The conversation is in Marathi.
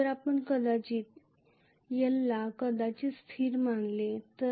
जर आपण कदाचित एलला कदाचित स्थिर मानले तर